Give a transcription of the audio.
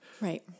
Right